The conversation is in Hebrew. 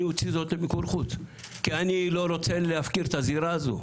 אני אוציא זאת למיקור חוץ כי אני לא רוצה להפקיר את הזירה הזאת,